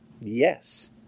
Yes